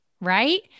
Right